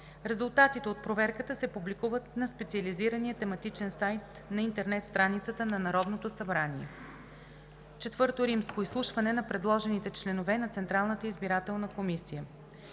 Резултатите от проверката се публикуват на специализирания тематичен сайт на интернет страницата на Народното събрание. IV. Изслушване на предложените членове на Централната избирателна комисия.